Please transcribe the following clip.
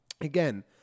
Again